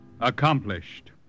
accomplished